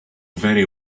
very